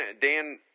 Dan